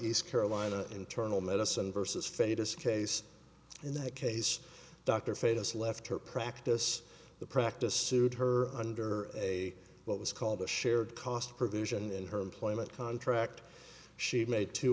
east carolina internal medicine vs fate as case in that case dr fay has left her practice the practice sued her under a what was called the shared cost provision in her employment contract she'd made two